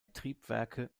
triebwerke